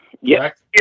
Yes